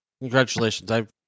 congratulations